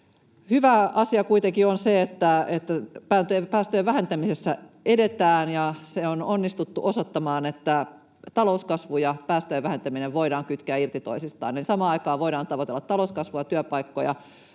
Hyvä asia kuitenkin on se, että päästöjen vähentämisessä edetään ja on onnistuttu osoittamaan, että talouskasvu ja päästöjen vähentäminen voidaan kytkeä irti toisistaan eli samaan aikaan voidaan tavoitella talouskasvua ja työpaikkoja